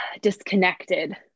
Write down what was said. disconnected